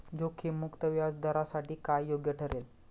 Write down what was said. जोखीम मुक्त व्याजदरासाठी काय योग्य ठरेल?